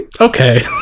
Okay